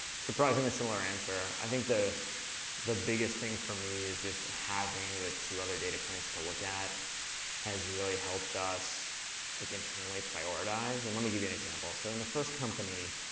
surprisingly similar answer. i think the the biggest thing for me is just having the two other data points to look at has really helped us like internally prioritize and let me give you an example. so in the first company,